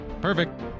Perfect